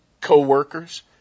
co-workers